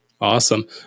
Awesome